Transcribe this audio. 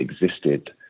existed